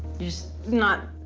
just not,